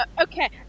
Okay